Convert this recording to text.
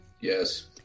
Yes